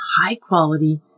high-quality